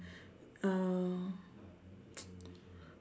uh